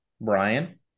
Brian